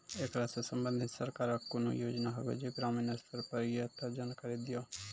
ऐकरा सऽ संबंधित सरकारक कूनू योजना होवे जे ग्रामीण स्तर पर ये तऽ जानकारी दियो?